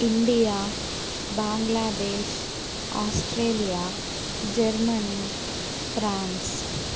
India Bangladesh Australia Germany France